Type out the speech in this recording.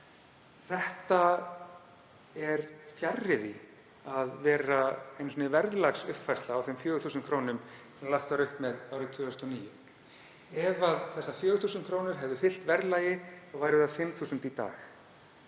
Þetta er fjarri því að vera einu sinni verðlagsuppfærsla á þeim 4.000 kr. sem lagt var upp með árið 2009. Ef þessar 4.000 kr. hefðu fylgt verðlagi þá væru það 5.000 í dag.